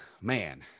Man